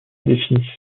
définissent